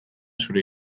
zure